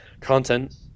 content